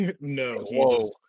No